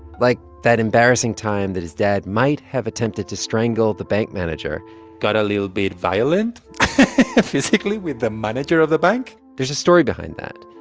like that embarrassing time that his dad might have attempted to strangle the bank manager got a little bit violent physically with the manager of the bank there's a story behind that.